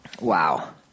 Wow